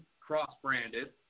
cross-branded